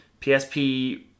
PSP